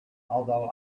although